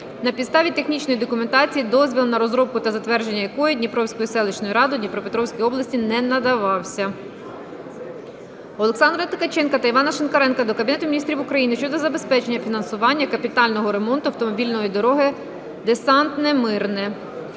на підставі технічної документації, дозвіл на розробку та затвердження якої Дніпровською селищною радою Дніпропетровської області не надавався. Олександра Ткаченка та Івана Шинкаренка до Кабінету Міністрів України щодо забезпечення фінансування капітального ремонту автомобільної дороги Десантне-Мирне.